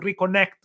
reconnect